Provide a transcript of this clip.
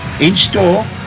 In-store